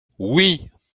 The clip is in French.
oui